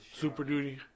Super-duty